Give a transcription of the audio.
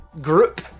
group